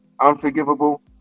unforgivable